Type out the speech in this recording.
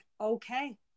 okay